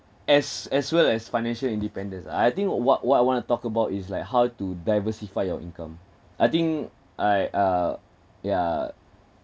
as as well as financial independence I think what what what I want to talk about is like how to diversify your income I think I uh yeah